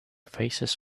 faces